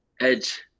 edge